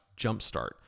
jumpstart